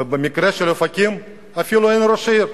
ובמקרה של אופקים אפילו אין ראש עיר,